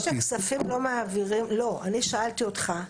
אני שאלתי אותך,